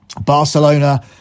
Barcelona